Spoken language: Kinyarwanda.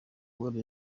uwera